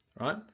Right